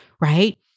right